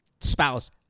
spouse